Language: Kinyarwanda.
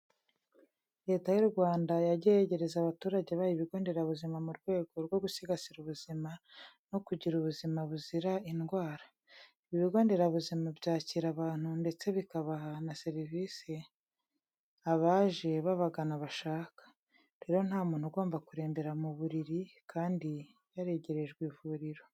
Leta y'u Rwanda yagiye yegereza abaturage bayo ibigo nderabuzima mu rwego rwo gusigasira ubuzima no kugira ubuzima buzira indwara. Ibi bigo nderabuzima byakira abantu, ndetse bikabaha na serivise abaje babagana bashaka. Rero, nta muntu ugomba kurembera mu buriri kandi yaregerejwe ivuriro.